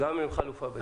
גם עם חלופה ב'.